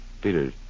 Peter